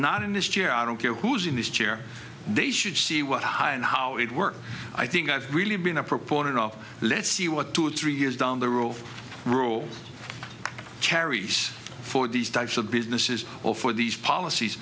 not in this chair i don't care who's in this chair they should see what high and how it work i think i've really been a proponent of let's see what two or three years down the road of rule carries for these types of businesses or for these policies